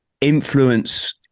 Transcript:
influence